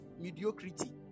mediocrity